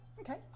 okay